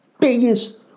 biggest